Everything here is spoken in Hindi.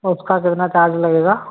उसका कितना चार्ज लगेगा